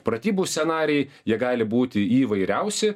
pratybų scenarijai jie gali būti įvairiausi